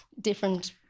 different